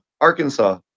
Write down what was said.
Arkansas